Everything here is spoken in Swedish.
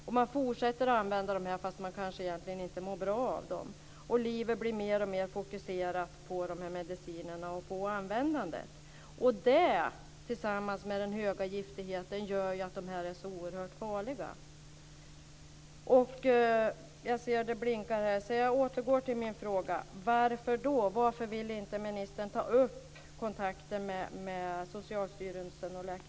Och man fortsätter att använda dessa mediciner trots att man kanske egentligen inte mår bra av dem, och livet blir mer och mer fokuserat på dessa mediciner och på användandet. Det tillsammans med den höga giftigheten gör ju att dessa mediciner är så oerhört farliga.